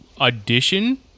audition